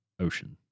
oceans